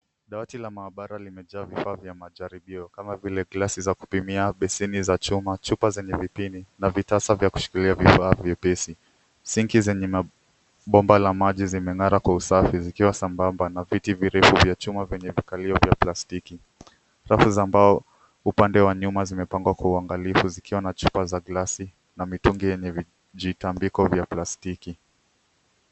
Dawati la maabara limejaa vifaa vya majaribio kama vile glasi za kupimia, beseni za chuma, chupa zenye vipimo na vitasa vya kushikilia vifaa vyepesi. Sinki zenye mabomba la maji zimeng'ara kwa usafi zikiwa sambamba na viti virefu vya chuma vyenye vikalio vya plastiki. Rafu za mbao upande wa nyuma zimepangwa kwa uangalifu zikiwa na chupa za glasi na mitungi yenye jitandiko vya plastiki.